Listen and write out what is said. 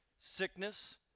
sickness